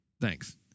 Thanks